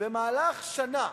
במהלך שנה